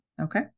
Okay